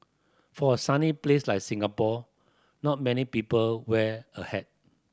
for a sunny place like Singapore not many people wear a hat